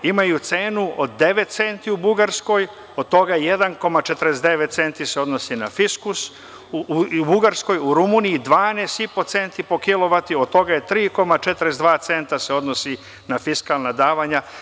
Imaju cenu od 9 centi u Bugarskoj, od toga 1,49 centi se odnosi na fiskus, u Rumuniji 12,5 centi po kilovatu, od toga je 3,42 centa se odnosi na fiskalna davanja.